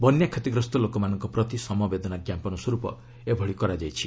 ବନ୍ୟା କ୍ଷତିଗ୍ରସ୍ତ ଲୋକମାନଙ୍କ ପ୍ରତି ସମବେଦନା ଜ୍ଞାପନ ସ୍ୱର୍ପ ଏଭଳି କରାଯାଇଛି